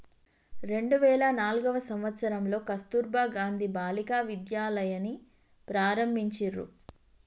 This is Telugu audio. రెండు వేల నాల్గవ సంవచ్చరంలో కస్తుర్బా గాంధీ బాలికా విద్యాలయని ఆరంభించిర్రు